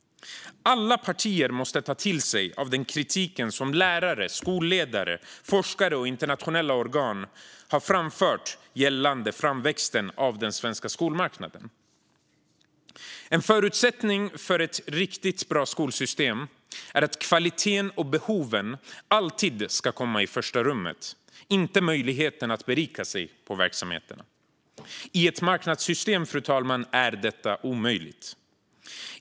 Alla partier måste ta till sig av den kritik som lärare, skolledare, forskare och internationella organ har framfört gällande framväxten av den svenska skolmarknaden. En förutsättning för ett riktigt bra skolsystem är att kvaliteten och behoven alltid ska komma i första rummet, inte möjligheten att berika sig på verksamheten. I ett marknadssystem är detta omöjligt.